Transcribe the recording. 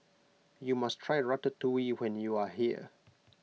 you must try Ratatouille when you are here